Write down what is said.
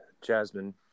Jasmine